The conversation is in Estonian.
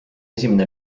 esimene